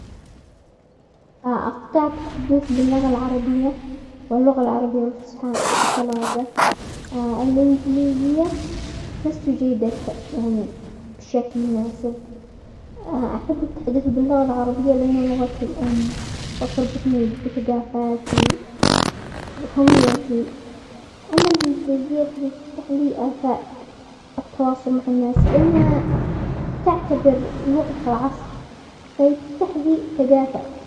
استطيع التحدث باللغة العربية واللغة العربية الفصحى بطلاقة، الانجليزية لست جيدة يعني بشكل مناسب، احب التحدث باللغة العربية لانها لغة الام وتربطني بثقافتي وهويتي، اما الانجليزية فهي تفتح لي افاق التواصل مع الناس لانها تعتبر لغة العصر فهي تفتح لي ثقافات.